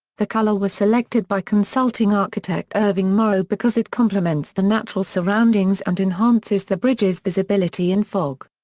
the color was selected by consulting architect irving morrow because it complements the natural surroundings and enhances the bridge's visibility in fog.